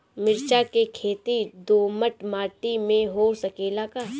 मिर्चा के खेती दोमट माटी में हो सकेला का?